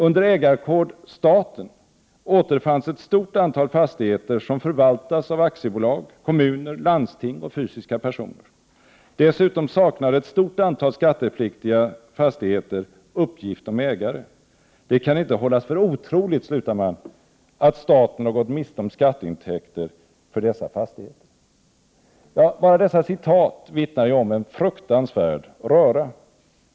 Under ägarkod ”staten” återfanns ett stort antal fastigheter som förvaltas av aktiebolag, kommuner, landsting och fysiska personer. Dessutom saknade ett stort antal skattepliktiga fastigheter uppgift om ägare. Det kaninte hållas för otroligt att staten har gått miste om skatteintäkter för dessa fastigheter.” Bara dessa citat vittnar om en fruktansvärd röra.